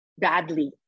badly